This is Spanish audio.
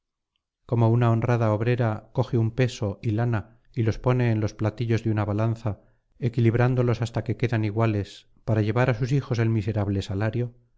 como una honrada obrera coge un peso y lana y los pone en los platillos de una balanza equilibrándolos hasta que quedan iguales para llevar á sus hijos el miserable salario